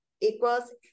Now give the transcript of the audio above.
equals